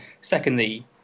secondly